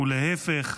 ולהפך,